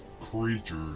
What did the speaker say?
creatures